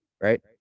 right